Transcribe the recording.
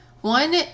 One